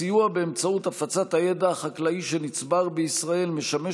הסיוע באמצעות הפצת הידע החקלאי שנצבר בישראל משמש